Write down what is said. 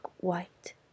white